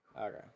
Okay